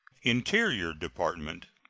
interior department.